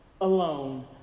alone